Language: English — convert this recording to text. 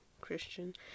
christian